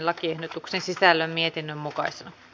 lakiehdotuksen sisällön mietinnön mukaisena